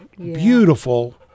beautiful